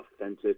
authentic